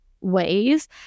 ways